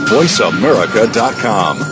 VoiceAmerica.com